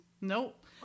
Nope